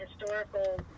historical